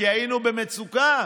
כי היינו במצוקה.